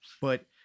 But-